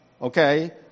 Okay